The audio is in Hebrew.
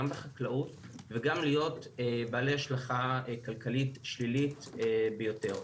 גם בחקלאות וגם להיות בעלי השלכה כלכלית שלילית ביותר.